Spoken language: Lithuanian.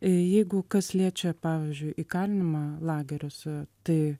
jeigu kas liečia pavyzdžiui įkalinimą lageriuose tai